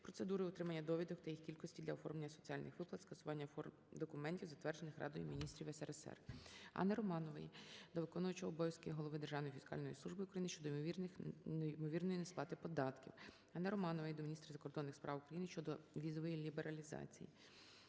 процедури отримання довідок та їх кількості для оформлення соціальних виплат, скасування форм документів, затверджених Радою Міністрів СРСР. Анни Романової до виконуючого обов'язки Голови Державної фіскальної служби України щодо ймовірної несплати податків. Анни Романової до міністра закордонних справ України щодо візової лібералізації.